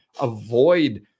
avoid